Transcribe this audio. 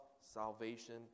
salvation